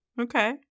Okay